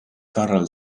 karl